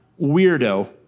weirdo